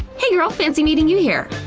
hey girl! fancy meeting you here!